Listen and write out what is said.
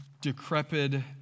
decrepit